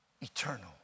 eternal